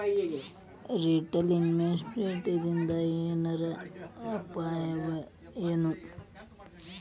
Retail ಇನ್ವೆಸ್ಟರ್ಸಿಂದಾ ಏನರ ಅಪಾಯವಎನು?